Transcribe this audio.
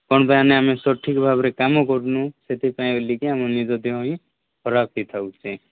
କ'ଣ ପାଇଁ ମାନେ ଆମେ ସଠିକ୍ ଭାବରେ କାମ କରୁନୁ ସେଥିପାଇଁ ବୋଲିକି ଆମ ନିଜ ଦେହ ହିଁ ଖରାପ ହେଇଥାଉଛି